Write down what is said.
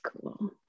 cool